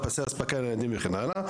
פסי אספקה ניידים וכן הלאה.